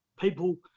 people